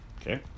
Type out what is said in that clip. Okay